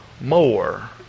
more